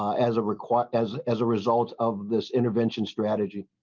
as a require as as a result of this intervention strategy.